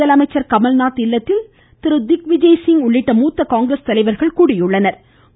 முதலமைச்சர் கமல்நாத் இல்லத்தில் திக்விஜய் சிங் உள்ளிட்ட மூத்த காங்கிரஸ் தலைவர்கள் கூடியுள்ளனா்